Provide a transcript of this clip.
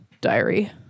diary